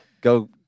go